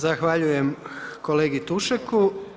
Zahvaljujem kolegi Tušeku.